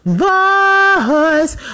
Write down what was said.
voice